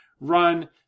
run